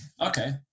okay